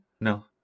No